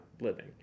living